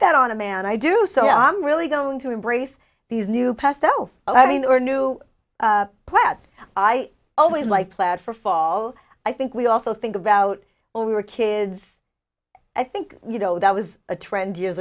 that on a man i do so i'm really going to embrace these new pesto i mean or new quests i always like plaid for fall i think we also think about when we were kids i think you know that was a trend years